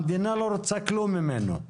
המדינה לא רוצה כלום ממנו.